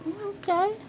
Okay